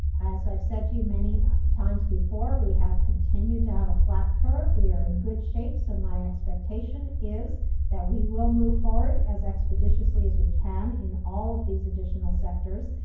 as i've said too many times before, we have continued to have a flat curve, we are in good shape. so my expectation is that we will move forward as expeditiously as we can in all of these additional sectors.